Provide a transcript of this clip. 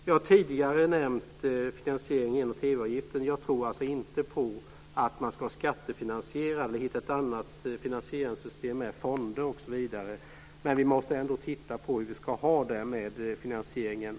Jag har tidigare nämnt finansiering genom TV avgift. Jag tror alltså inte på att man ska skattefinansiera eller hitta ett annat finansieringssystem med fonder osv. Men vi måste titta närmare på hur vi ska ha det med finansieringen.